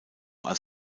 als